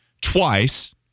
twice